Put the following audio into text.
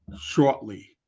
shortly